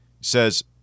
Says